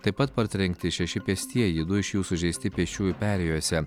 taip pat partrenkti šeši pėstieji du iš jų sužeisti pėsčiųjų perėjose